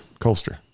Colster